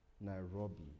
Nairobi